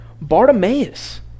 Bartimaeus